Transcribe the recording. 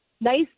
nice